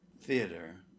theater